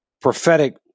prophetic